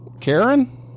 Karen